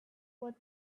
were